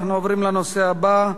אנחנו עוברים לנושא הבא: